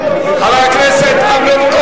לשכת השר אבישי ברוורמן,